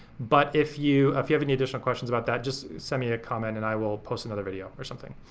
but if you, if you have any additional questions about that just send me a comment and i will post another video or something.